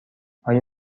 آیا